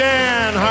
Dan